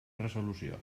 resolució